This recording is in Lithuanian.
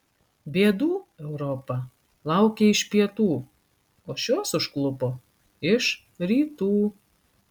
bėdų europa laukė iš pietų o šios užklupo ir rytų